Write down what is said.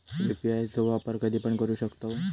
UPI चो वापर कधीपण करू शकतव?